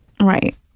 Right